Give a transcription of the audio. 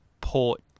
port